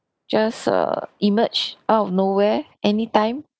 just uh emerge out of nowhere anytime